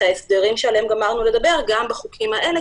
ההסדרים שעליהם גמרנו לדבר גם בחוקים האלה,